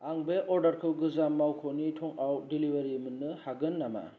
आं बे अर्डारखौ गोजाम मावख'नि थंआव डिलिभारि मोननो हागोन नामा